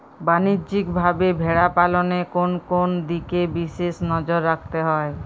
বাণিজ্যিকভাবে ভেড়া পালনে কোন কোন দিকে বিশেষ নজর রাখতে হয়?